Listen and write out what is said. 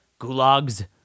gulags